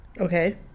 Okay